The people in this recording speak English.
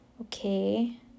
Okay